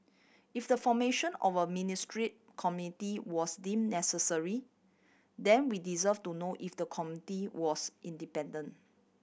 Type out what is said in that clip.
if the formation of a ministry committee was deemed necessary then we deserve to know if the committee was independent